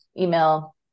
email